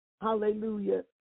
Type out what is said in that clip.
hallelujah